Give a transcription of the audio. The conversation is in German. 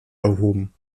erhoben